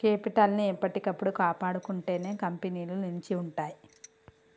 capital ని ఎప్పటికప్పుడు కాపాడుకుంటేనే కంపెనీలు నిలిచి ఉంటయ్యి